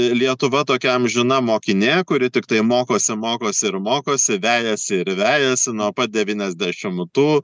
lietuva tokia amžina mokinė kuri tiktai mokosi mokosi ir mokosi vejasi ir vejasi nuo pat devyniasdešimtų